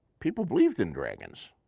people believed in dragons.